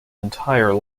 entire